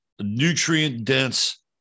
nutrient-dense